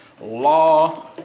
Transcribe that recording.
law